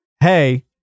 Hey